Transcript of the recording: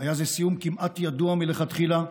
היה זה סיום כמעט ידוע מלכתחילה.